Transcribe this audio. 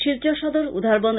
Silchar Sadar Udharbond